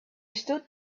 stood